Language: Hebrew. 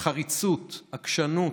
בחריצות, עקשנות,